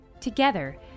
Together